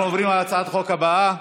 אנחנו עוברים להצעת החוק הבאה.